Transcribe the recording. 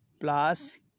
plus